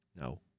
no